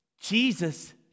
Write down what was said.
Jesus